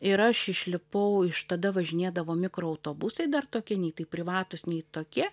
ir aš išlipau iš tada važinėdavo mikroautobusai dar tokie nei tai privatūs nei tokie